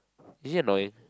is he a lawyer